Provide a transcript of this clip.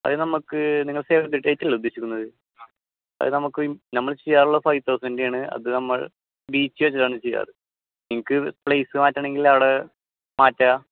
അത് നമുക്ക് നിങ്ങൾ സേവ് ദ ഡേറ്റ് അല്ലേ ഉദ്ദേശിക്കുന്നത് അത് നമുക്ക് നമ്മൾ ചെയ്യാറുള്ളത് ഫൈവ് തൗസൻഡിൻറ്റെയാണ് അതുനമ്മൾ ബീച്ച് വെച്ചിട്ടാണ് ചെയ്യാറ് നിങ്ങൾക്ക് പ്ലേസ് മാറ്റണമെങ്കിൽ അവിടെ മാറ്റാം